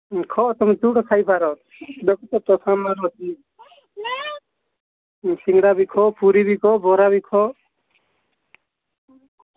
ମୁର୍ଖ ତମେ ଯୋଉଟା ଖାଇ ପାର ନାଇ ସିଙ୍ଗଡ଼ା ବିକ ପୁରି ବିକ ବରା ବିକ